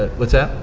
ah what's that?